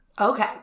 Okay